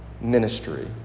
ministry